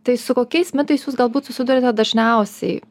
tai su kokiais mitais jūs galbūt susiduriate dažniausiai